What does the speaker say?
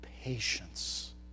patience